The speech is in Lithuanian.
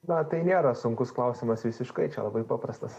na tai nėra sunkus klausimas visiškai čia labai paprastas